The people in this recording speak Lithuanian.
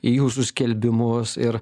į jūsų skelbimus ir